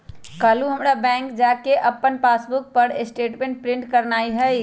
काल्हू हमरा बैंक जा कऽ अप्पन पासबुक पर स्टेटमेंट प्रिंट करेनाइ हइ